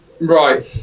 Right